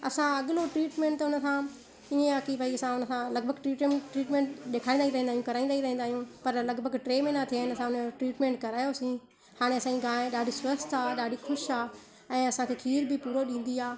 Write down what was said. असां अगिलो ट्रीटमैंट त हुन खां हीअं आहे की बई असां हुन खां लॻभॻि ट्रीटमैंट ॾेखाईंदा ई रहंदा आहियूं कराईंदा ई रहंदा आहियूं पर लॻभॻि टे महीना थिया आहिनि असां हुन जो ट्रीटमैंट करायोसी हाणे असांजी गांइ ॾाढी स्वस्थ्यु आहे ॾाढी ख़ुशि आहे ऐं असांखे खीर बि पूरो ॾींदी आहे